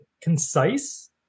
concise